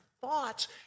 thoughts